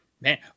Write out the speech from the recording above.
Man